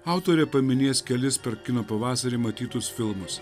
autorė paminės kelis per kino pavasarį matytus filmus